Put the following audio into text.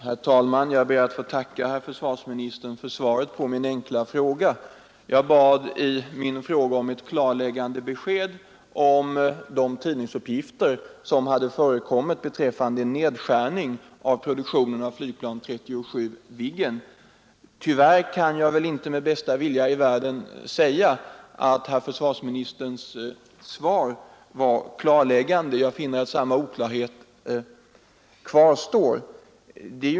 Herr talman! Jag ber att få tacka herr försvarsministern för svaret på min enkla fråga. Jag bad i frågan om ett klarläggande besked om de tidningsuppgifter som hade förekommit rörande en nedskärning av produktionen av flygplan 37 Viggen. Tyvärr kan jag inte med bästa vilja i världen säga att herr försvarsministerns svar är klarläggande. Jag finner att oklarheten kvarstår.